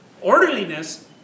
orderliness